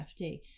fd